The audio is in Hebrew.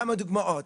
כמה דוגמאות.